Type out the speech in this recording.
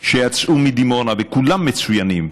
שיצאו מדימונה, וכולם מצוינים,